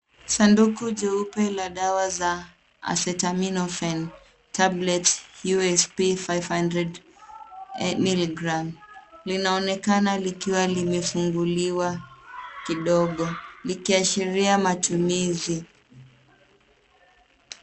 Sanduku jeupe la dawa za acetaminophen tablet, USP 500mg linaonekana likiwa limefunguliwa kidogo likiashiria matumizi.